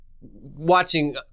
watching